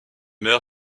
maire